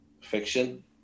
fiction